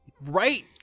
Right